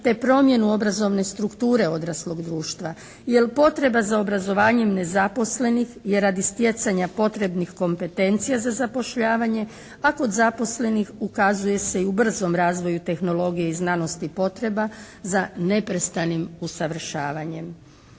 te promjenu obrazovne strukture odraslog društva. Jer potreba za obrazovanje nezaposlenih je radi stjecanja potrebnih kompetencija za zapošljavanje, a kod zaposlenih ukazuje se i u brzom razvoju tehnologije i znanosti potreba za neprestanim usavršavanjem.